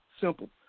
Simple